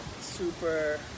super